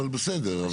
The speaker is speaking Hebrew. אבל בסדר.